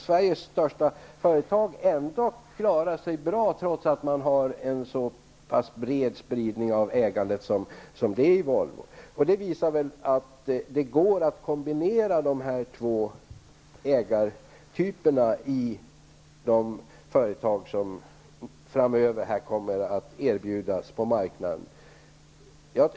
Sveriges största företag klarar sig ändå bra, trots att man har en så pass bred spridning av ägandet som man har i Volvo. De visar väl att det går att kombinera de här två ägartyperna i de företag som framöver kommer att utbjudas på marknaden.